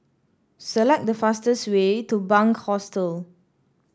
select the fastest way to Bunc Hostel